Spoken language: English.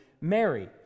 Mary